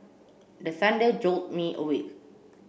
the thunder jolt me awake